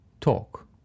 talk